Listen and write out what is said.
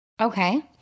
Okay